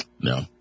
No